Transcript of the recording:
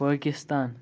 Pakistan